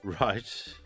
Right